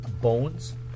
bones